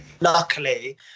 luckily